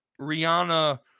Rihanna